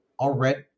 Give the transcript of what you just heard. already